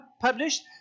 published